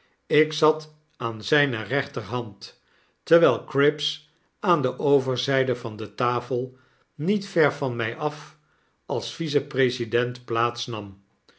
ik zat aan zyne rechterhand terwyl cripps aan de overzyde van de tafel niet ver van mij af als vice-president plaats nam